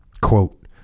quote